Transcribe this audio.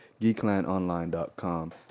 GeeklandOnline.com